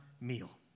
meal